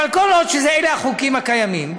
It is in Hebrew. אבל כל עוד אלה החוקים הקיימים,